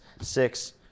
Six